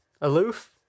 Aloof